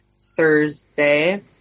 Thursday